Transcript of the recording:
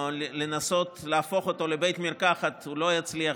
לנסות להפוך אותו לבית מרקחת לא יצליח,